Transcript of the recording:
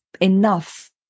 enough